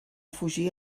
fugir